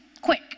quick